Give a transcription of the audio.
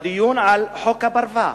בדיון על חוק הפרווה.